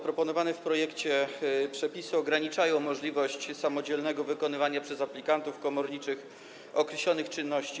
Proponowane w projekcie przepisy ograniczają możliwość samodzielnego wykonywania przez aplikantów komorniczych określonych czynności.